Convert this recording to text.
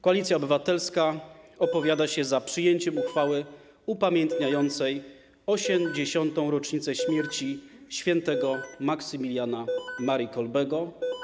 Koalicja Obywatelska opowiada się za przyjęciem uchwały upamiętniającej 80. rocznicę śmierci św. Maksymiliana Marii Kolbego.